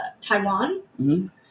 taiwan